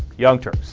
youngster